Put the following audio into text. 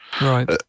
Right